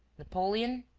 napoleon?